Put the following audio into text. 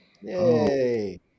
Yay